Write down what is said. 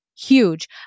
Huge